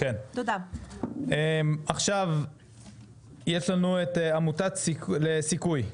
עכשיו יש את עמותת "סיכוי".